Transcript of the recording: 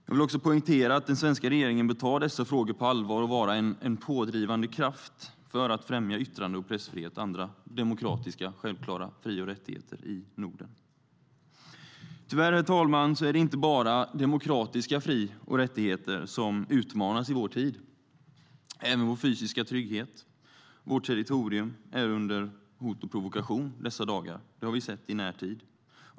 Jag vill också poängtera att den svenska regeringen bör ta dessa frågor på allvar och vara en pådrivande kraft för att främja yttrande och pressfrihet och andra demokratiska, självklara fri och rättigheter i Norden. Tyvärr, herr talman, är det inte bara demokratiska fri och rättigheter som utmanas i vår tid. Även vår fysiska trygghet och vårt territorium är under hot och provokation under dessa dagar, det har vi sett i närtid.